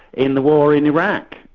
in the war in iraq,